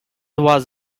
was